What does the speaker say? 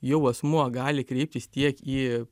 jau asmuo gali kreiptis tiek į